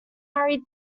hurry